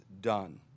done